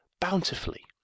bountifully